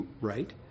right